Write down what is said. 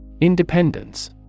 Independence